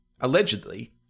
allegedly